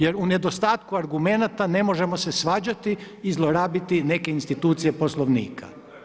Jer u nedostatku argumenata ne možemo se svađati i zlorabiti neke institucije poslovnika.